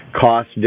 Cost